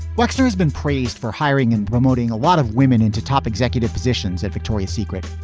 wexler has been praised for hiring and promoting a lot of women into top executive positions at victoria's secret.